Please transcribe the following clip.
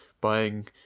buying